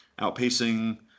outpacing